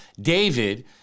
David